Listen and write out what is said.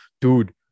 dude